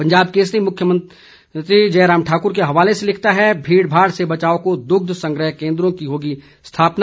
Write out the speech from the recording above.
पंजाब केसरी मुख्यमंत्री जयराम ठाकुर के हवाले से लिखता है भीड़भाड़ से बचाव को दुग्ध संग्रह केन्द्रों की होगी स्थापना